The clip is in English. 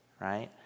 right